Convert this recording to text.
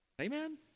Amen